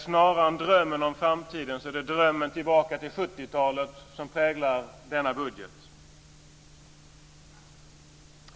Snarare än drömmen om framtiden är det drömmen tillbaka till 70-talet som präglar denna budget.